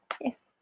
Yes